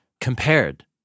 compared